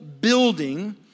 building